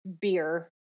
beer